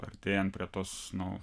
artėjant prie tos nu